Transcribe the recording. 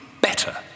better